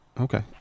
Okay